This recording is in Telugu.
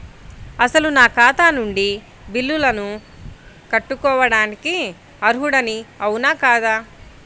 అసలు నా ఖాతా నుండి బిల్లులను కట్టుకోవటానికి అర్హుడని అవునా కాదా?